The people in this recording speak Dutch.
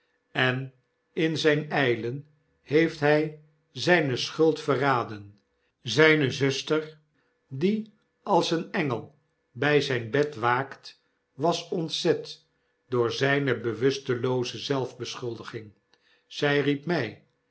en in zyn ijlen heeft hy zijne schuld verraden zyne zuster die als een engel by zyn bed waakt was ontzet door zijne bewustelooze zelfbeschuldiging zy riep my